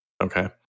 okay